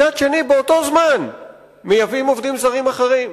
מצד שני, באותו זמן מייבאים עובדים זרים אחרים.